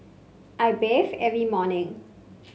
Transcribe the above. I bathe every morning